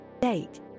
Date